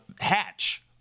hatch